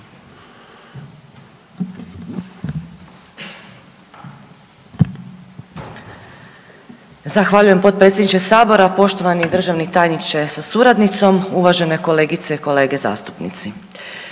poštovani potpredsjedniče sabora, poštovani državni tajniče sa suradnicom, kolegice i kolege.